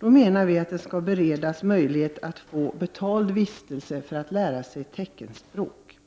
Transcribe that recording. Vi hävdar att de skall beredas möjlighet att få betald vistelse för att kunna lära sig teckenspråk,